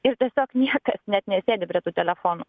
ir tiesiog niekas net nesėdi prie tų telefonų